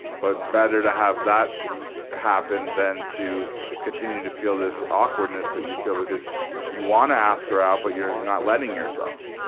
but better to have that happen than to continue to feel this awkwardness that you feel, because you wanna ask her out but you're not letting yourself.